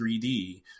3D